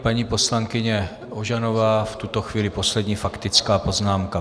Paní poslankyně Ožanová, v tuto chvíli poslední faktická poznámka.